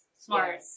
smart